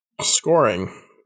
scoring